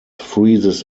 freezes